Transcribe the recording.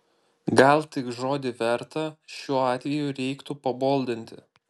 gal tik žodį verta šiuo atveju reiktų paboldinti